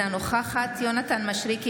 אינה נוכחת יונתן מישרקי,